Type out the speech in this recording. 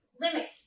Limits